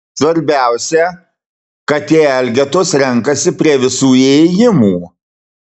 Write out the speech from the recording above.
svarbiausia kad tie elgetos renkasi prie visų įėjimų